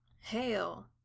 Hail